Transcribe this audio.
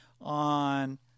on